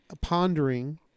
pondering